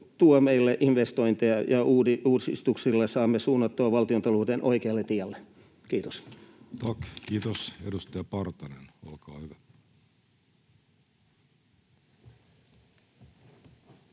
tuo meille investointeja, ja uudistuksilla saamme suunnattua valtiontalouden oikealle tielle. — Kiitos. [Speech 284] Speaker: Jussi